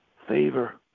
favor